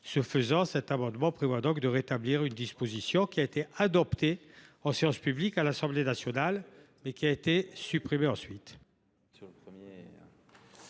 fin, l’amendement prévoit donc de rétablir une disposition qui a été adoptée en séance publique à l’Assemblée nationale, mais supprimée par la suite.